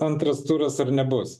antras turas ar nebus